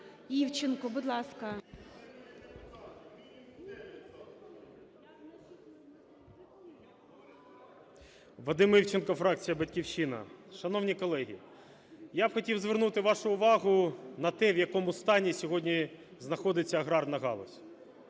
Вадим Івченко, фракція "Батьківщина". Шановні колеги, я б хотів звернути вашу увагу на те, в якому стані сьогодні знаходиться аграрна галузь.